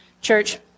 Church